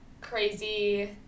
crazy